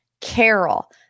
Carol